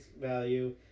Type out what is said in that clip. value